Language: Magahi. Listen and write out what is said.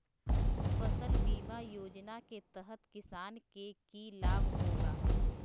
फसल बीमा योजना के तहत किसान के की लाभ होगा?